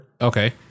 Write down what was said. Okay